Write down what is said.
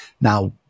now